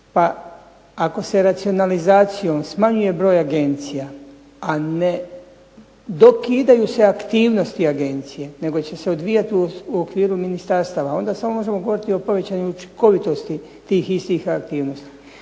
pa ako se racionalizacijom smanjuje broj agencija, a ne dokidaju se aktivnosti agencija nego će se odvijati u okviru ministarstava onda samo možemo govoriti o povećanoj učinkovitosti tih istih aktivnosti.